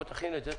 בוא תכין את זה.